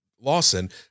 Lawson